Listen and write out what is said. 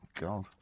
God